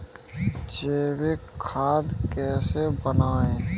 जैविक खाद कैसे बनाएँ?